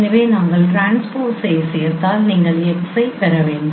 எனவே நாங்கள் ட்ரான்ஸ்போஸை சேர்த்தால் நீங்கள் 0 ஐப் பெற வேண்டும்